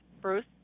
Bruce